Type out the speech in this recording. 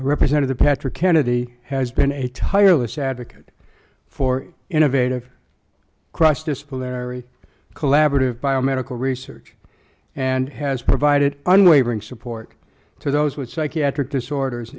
representative patrick kennedy has been a tireless advocate for innovative cross disciplinary collaborative biomedical research and has provided unwavering support to those with psychiatric disorders